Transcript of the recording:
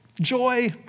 joy